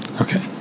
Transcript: Okay